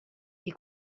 est